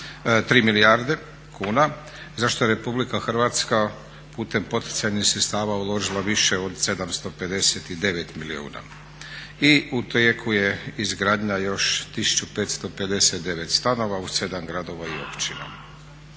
3 milijarde kuna za što je RH putem poticanih sredstava uložila više od 759 milijuna kuna. I u tijeku je izgradnja još 1559 stanova u 7 gradova i općina.